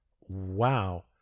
Wow